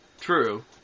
True